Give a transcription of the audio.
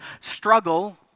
Struggle